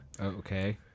Okay